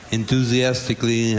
enthusiastically